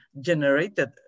generated